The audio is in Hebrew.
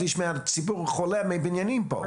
שליש מהציבור חולה מבניינים פה.